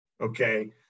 Okay